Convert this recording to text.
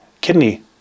kidney